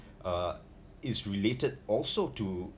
uh is related also to